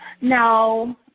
No